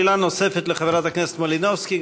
שאלה נוספת לחברת הכנסת מלינובסקי.